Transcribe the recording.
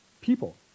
people